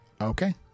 okay